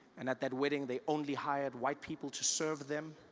and at that wedding they only hired white people to serve them.